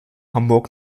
hamburg